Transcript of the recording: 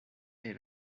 est